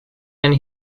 and